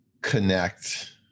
connect